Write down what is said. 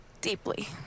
deeply